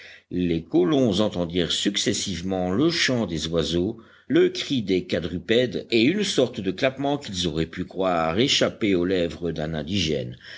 les colons entendirent successivement le chant des oiseaux le cri des quadrupèdes et une sorte de clappement qu'ils auraient pu croire échappé aux lèvres d'un indigène